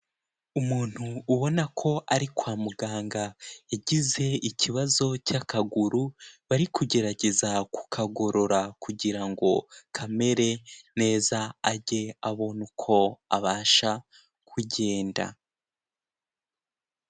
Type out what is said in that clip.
Umuntu ubona ko ari kwa muganga yagize ikibazo cy'akaguru, bari kugerageza kukagorora kugira ngo kamere neza ajye abona uko abasha kugenda.